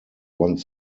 one